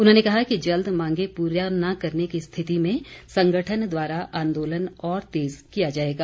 उन्होंने कहा कि जल्द मांगें पूरा न करने की स्थिति में संगठन द्वारा आंदोलन और तेज किया जाएगा